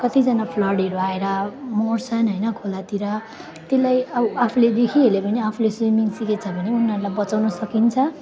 कतिजना फ्लडहरू आएर मर्छन् होइन खोलातिर त्यसलाई अब आफूले देखिहाल्यो भने आफूले स्विमिङ सिकेको छ भने उनीहरूलाई बचाउन सकिन्छ